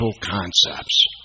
concepts